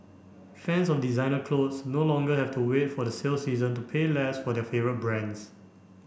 fans of designer clothes no longer have to wait for the sale season to pay less for their favourite brands